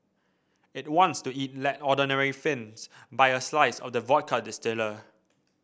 it wants to it let ordinary Finns buy a slice of the vodka distiller